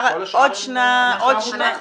אנחנו מגייסים.